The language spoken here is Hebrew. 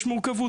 יש מורכבות,